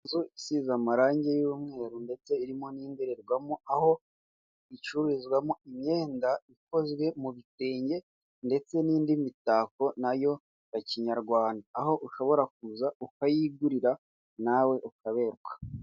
Inzu isize amarangi y'umweru ndetse irimo n'indererwamo aho icururizwamo imyenda ikozwe mu bitenge ndetse n'indi mitako nayo ya kinyarwanda aho ushobora kuza ukayigurira nawe ukaberwa.